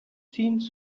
seems